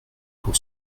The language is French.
pour